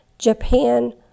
Japan